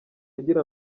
agira